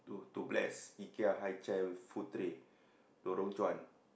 to to bless Ikea high chair with food tray Lorong-Chuan